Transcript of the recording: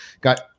got